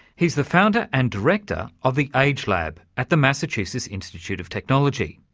he's the founder and director of the agelab at the massachusetts institute of technology.